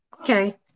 Okay